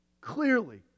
Clearly